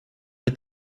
est